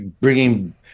bringing